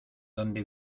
donde